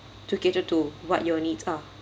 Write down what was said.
to cater to what your needs are